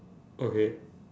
okay